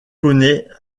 connaît